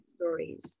stories